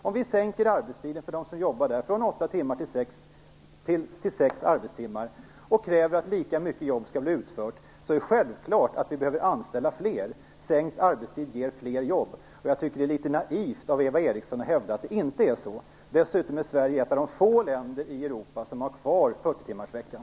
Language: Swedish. Om vi sänker arbetstiden för dem som jobbar där från åtta till sex arbetstimmar och kräver att lika mycket jobb skall bli utfört är det självklart att vi behöver anställa fler. Sänkt arbetstid ger fler jobb. Jag tycker att det är litet naivt av Eva Eriksson att hävda att det inte är så. Dessutom är Sverige ett av de få länder i Europa som har kvar 40-timmarsveckan.